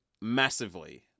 massively